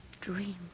dream